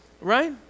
right